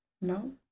no